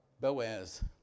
Boaz